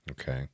Okay